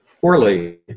poorly